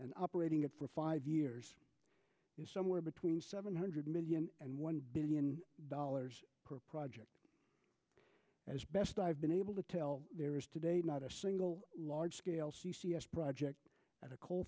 and operating it for five years is somewhere between seven hundred million and one billion dollars per project as best i've been able to tell there is today not a single large scale c c s project at a coal